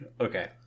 Okay